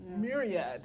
myriad